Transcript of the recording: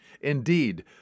Indeed